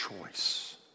choice